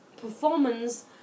performance